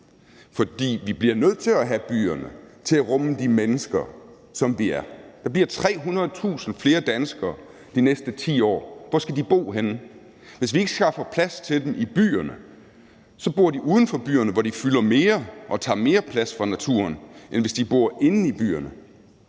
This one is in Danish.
For vi bliver nødt til at have byerne til at rumme de mennesker, der er. Der bliver 300.000 flere danskere de næste 10 år. Hvor skal de bo henne? Hvis vi ikke skaffer plads til dem i byerne, bor de uden for byerne, hvor de fylder mere og tager mere plads fra naturen, end hvis de bor inde i byerne.